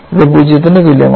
ഇത് 0 ന് തുല്യമാണ്